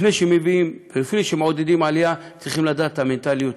לפני שמעודדים עלייה צריכים לדעת את המנטליות,